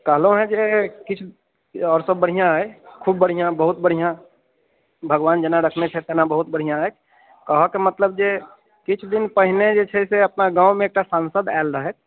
कहलहुँ हँ जे किछु आओर सब बढ़िआँ अइ खुब बढ़िआँ बहुत बढ़िआँ भगवान जेना रखने छथि तेना बहुत बढ़िआँ अइ कहऽ के मतलब जे किछु दिन पहिने जे छै से अपना गावँमे एकटा सांसद आएल रहथि